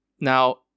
Now